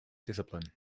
discipline